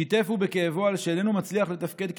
שיתף בכאבו על שאיננו מצליח לתפקד כדבעי.